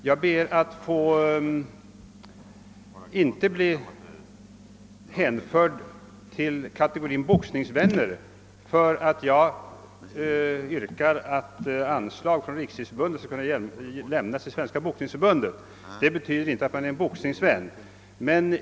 Jag ber att inte bli hänförd till kategorin boxningsvänner därför att jag yrkar att anslag skall kunna lämnas av Riksidrottsförbundet till Svenska boxningsförbundet. Detta betyder inte att man är boxningsvän.